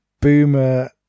Boomer